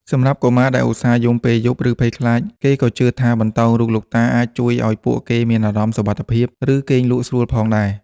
សម្រាប់កុមារដែលឧស្សាហ៍យំពេលយប់ ឬភ័យខ្លាច គេក៏ជឿថាបន្តោងរូបលោកតាអាចជួយឱ្យពួកគេមានអារម្មណ៍សុវត្ថិភាព និងគេងលក់ស្រួលផងដែរ។